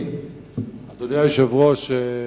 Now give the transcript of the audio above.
אדוני היושב-ראש,